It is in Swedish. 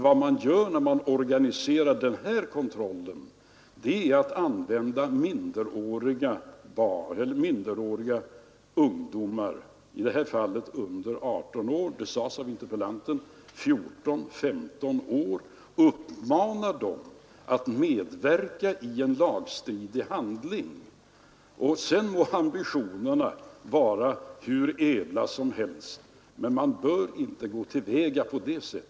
Vad man gör när man organiserar den nu aktuella kontrollen är nämligen att uppmana minderåriga ungdomar, i detta fall under 18 år — interpellanten nämnde åldern 14—15 år — att medverka i en lagstridig handling. Man bör inte gå till väga på det sättet — sedan må ambitionerna vara hur ädla som helst.